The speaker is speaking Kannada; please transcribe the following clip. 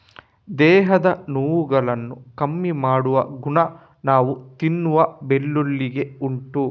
ದೇಹದ ನೋವುಗಳನ್ನ ಕಮ್ಮಿ ಮಾಡುವ ಗುಣ ನಾವು ತಿನ್ನುವ ಬೆಳ್ಳುಳ್ಳಿಗೆ ಉಂಟು